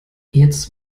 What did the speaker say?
jetzt